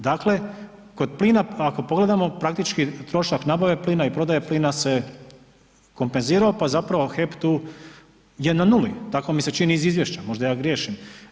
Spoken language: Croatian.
Dakle, kod plina ako pogledamo praktički trošak nabave plina i prodaje plina se kompenzirao pa zapravo HEP tu je na nuli, tako mi se čini iz izvješća, možda ja griješim.